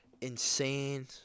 insane